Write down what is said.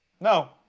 No